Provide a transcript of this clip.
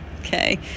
okay